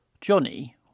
Johnny